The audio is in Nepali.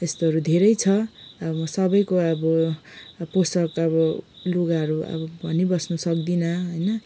यस्तोहरू धेरै छ अब सबैको अब पोसाक अब लुगाहरू अब भनिबस्नु सक्दिनँ होइन